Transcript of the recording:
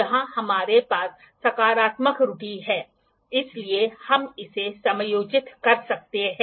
यहां हमारे पास सकारात्मक त्रुटि है इसलिए हम इसे समायोजित कर सकते हैं